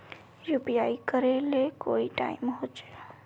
UPI करे ले कोई टाइम होचे?